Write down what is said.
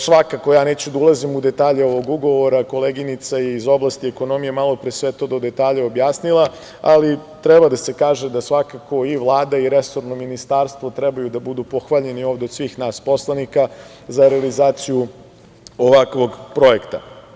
Svakako, ja neću da ulazim u detalje ovog ugovora, koleginica iz oblasti ekonomije je malopre sve to do detalja objasnila, ali treba da se kaže da svakako i Vlada i resorno ministarstvo trebaju da budu pohvaljeni ovde od svih nas poslanika za realizaciju ovakvog projekta.